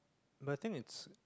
but I think it's